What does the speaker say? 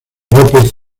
lópez